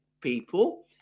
people